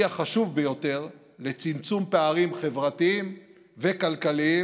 החשוב ביותר לצמצום פערים חברתיים וכלכליים,